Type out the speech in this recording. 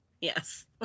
Yes